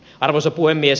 arvoisa puhemies